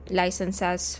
licenses